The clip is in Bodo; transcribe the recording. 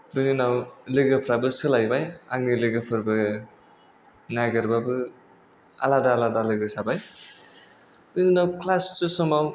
बेनि उनाव लोगोफ्राबो सोलायबाय आंनि लोगो फोरबो नागिरबाबो आलादा आलादा लोगो जाबाय बेनि उनाव क्लास सियेसनाव